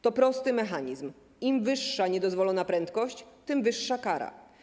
To prosty mechanizm: im wyższa niedozwolona prędkość, tym wyższa kara.